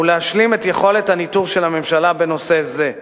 ויש להשלים את יכולת הניטור של הממשלה בנושא זה.